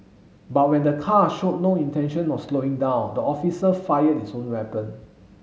but when the car showed no intention of slowing down the officer fired his own weapon